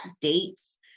dates